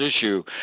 issue